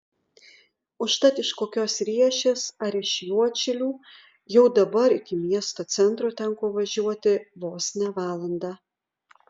užtat iš kokios riešės ar iš juodšilių jau dabar iki miesto centro tenka važiuoti vos ne valandą